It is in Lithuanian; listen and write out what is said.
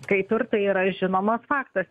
kaip ir tai yra žinomas faktas